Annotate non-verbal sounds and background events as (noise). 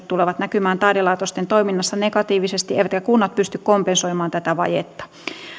(unintelligible) tulevat näkymään taidelaitosten toiminnassa negatiivisesti eivätkä kunnat pysty kompensoimaan tätä vajetta